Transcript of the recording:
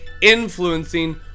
influencing